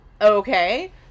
Okay